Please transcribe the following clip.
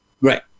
right